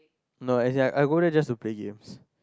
no as in like I I go there just to play games